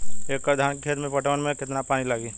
एक एकड़ धान के खेत के पटवन मे कितना पानी लागि?